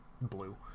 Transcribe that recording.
blue